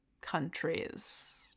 countries